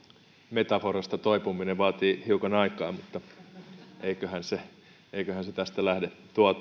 metaforasta toipuminen vaatii hiukan aikaa mutta eiköhän se eiköhän se tästä lähde